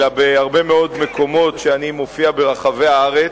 אלא בהרבה מאוד מקומות שאני מופיע בהם ברחבי הארץ,